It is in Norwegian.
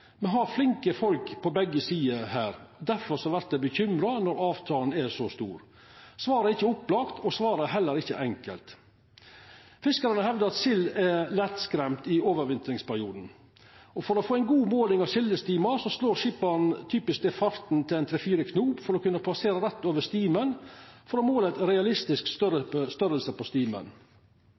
Me har flinke folk på begge sider her. Difor vert eg bekymra når avstanden er så stor. Svaret er ikkje opplagt, og svaret er heller ikkje enkelt. Fiskarane hevdar at sild er lettskremd i overvintringsperioden. For å få ei god måling av sildestimar slår skipperen typisk ned farten til 3–4 knop for å kunna passera rett over stimen for å måla ein realistisk storleik på stimen.